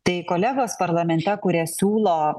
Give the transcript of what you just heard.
tai kolegos parlamente kurie siūlo